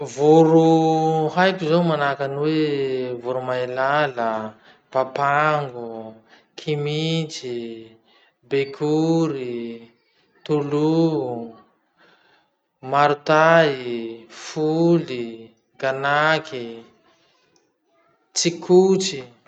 Voro haiko zao manahaky any hoe voromahilala, papango, kimitsy, bekory, tolo, marotay, foly, ganaky, tsikotsy.